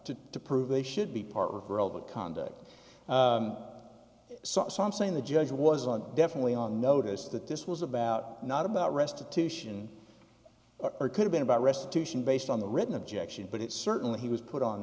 to to prove they should be part of that conduct so i'm saying the judge was on definitely on notice that this was about not about restitution or could have been about restitution based on the written objection but it's certainly he was put on